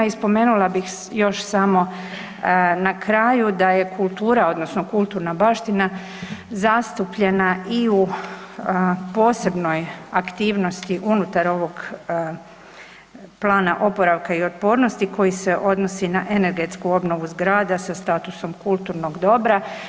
I spomenula bih još samo na kraju da je kultura odnosno kulturna baština zastupljena i u posebnoj aktivnosti unutar ovoga Plana oporavka i otpornosti koji se odnosi na energetsku obnovu zgrada sa statusom kulturnog dobra.